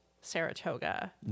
Saratoga